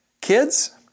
Kids